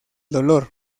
dolor